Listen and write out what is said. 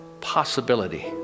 possibility